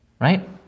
Right